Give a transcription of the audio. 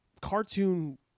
cartoon